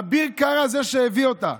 אביר קארה הביא אותה.